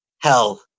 Hell